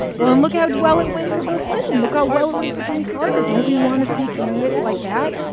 well, and look how well it went for bill clinton look how well it went for jimmy carter. don't we want to see candidates like that?